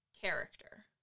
character